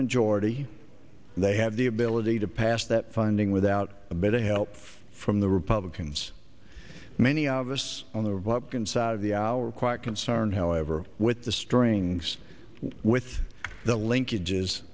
majority they have the ability to pass that funding without a bit of help from the republicans many of us on the republican side of the hour quite concerned however with the strings with the linkage